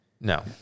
No